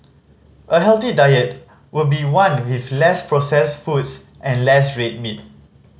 a healthy diet would be one with less processed foods and less red meat